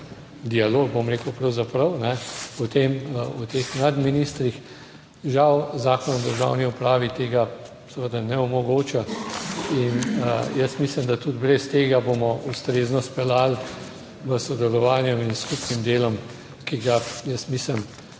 dialog, bom rekel, pravzaprav o teh nadministrih. Žal Zakon o državni upravi tega seveda ne omogoča in jaz mislim, da tudi brez tega bomo ustrezno speljali v sodelovanju in s skupnim delom, ki ga jaz mislim,